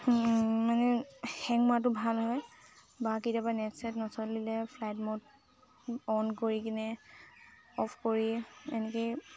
মানে হেং মোৱাটো ভাল হয় বা কেতিয়াবা নেট ছেট নচলিলে ফ্লাইট মোড অন কৰি কিনে অফ কৰি এনেকেই